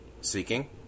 seeking